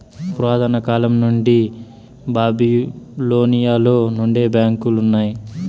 పురాతన కాలం నుండి బాబిలోనియలో నుండే బ్యాంకులు ఉన్నాయి